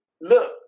look